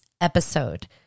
episode